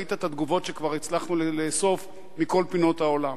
ראית את התגובות שכבר הצלחנו לאסוף מכל פינות העולם,